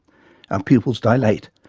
our pupils dilate,